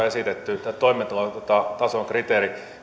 esitetty tämä toimeentulotason kriteeri